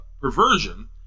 perversion